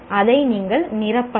அதை நீங்கள் நிரப்பலாம்